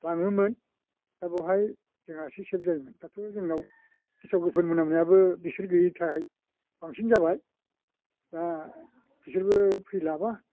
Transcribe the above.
लाङोमोन दा बेवहाय जोंहा एसे सेब जायोमोन दाथ' जोंनाव गेसाव गोफोन मोनामनाायबो बिसोर गैयैथाय बांसिन जाबाय दा बिसोरबो फैलाबा